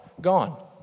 Gone